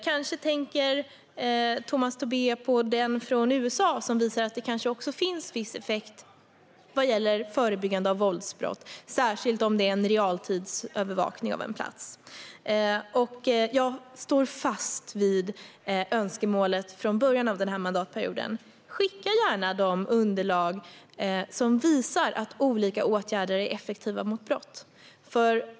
Kanske tänker Tomas Tobé på den från USA, som visar att det kan finnas viss effekt vad gäller förebyggande av våldsbrott, särskilt om det är realtidsövervakning av en plats. Jag står fast vid önskemålet från början av mandatperioden: Skicka gärna de underlag som visar att olika åtgärder är effektiva mot brott!